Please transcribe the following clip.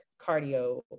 cardio